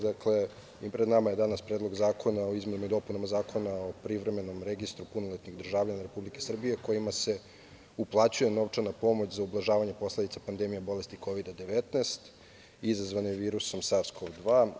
Dakle, pred nama je danas Predlog zakona o izmenama i dopunama Zakona o privremenom registru punoletnih državljana Republike Srbije kojima se uplaćuje novčana pomoć za ublažavanje posledica pandemije, bolesti Kovida-19, izazvane virusom SARS-CoV-2.